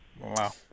wow